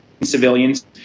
civilians